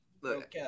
Look